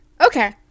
okay